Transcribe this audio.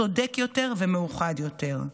צודק יותר ומאוחד יותר.